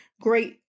great